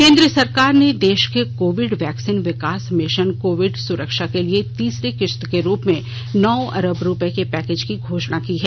केंद्र सरकार ने देश के कोविड वैक्सीन विकास मिशन कोविड सुरक्षा के लिए तीसरी किश्त के रूप में नौ अरब रुपये के पैकेज की घोषणा की है